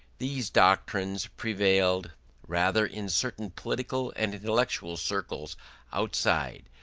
these doctrines prevailed rather in certain political and intellectual circles outside,